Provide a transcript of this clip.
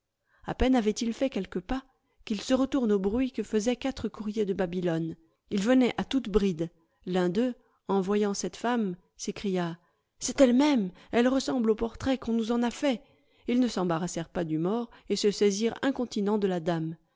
a peine avait-il fait quelques pas qu'il se retourne au bruit que fesaient quatre courriers de babylone ils venaient à toute bride l'un d'eux en voyant cette femme s'écria c'est elle-même elle ressemble au portrait qu'on nous en a fait ils ne s'embarrassèrent pas du mort et se saisirent incontinent de la dame